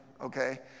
Okay